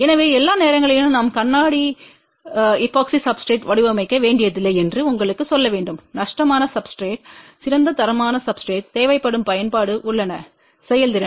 எனவே எல்லா நேரங்களிலும் நாம் கண்ணாடி எபோக்சி சப்ஸ்டிரேட்றை வடிவமைக்க வேண்டியதில்லை என்று உங்களுக்குச் சொல்ல வேண்டும் நஷ்டமான சப்ஸ்டிரேட் சிறந்த தரமான சப்ஸ்டிரேட் தேவைப்படும் பயன்பாடு உள்ளன செயல்திறன்